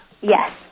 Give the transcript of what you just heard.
Yes